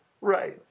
right